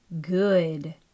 good